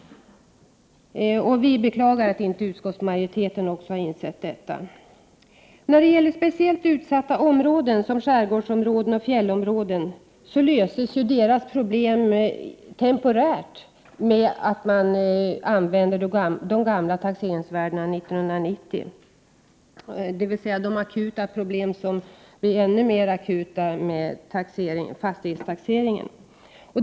Vi beklagar att inte också utskottsmajoriteten har insett detta. De problem som blir ännu värre i och med fastighetstaxeringen för människor som bor i speciellt utsatta områden, skärgårdsområden och fjällområden, löses temporärt genom att de gamla taxeringsvärdena används 1990.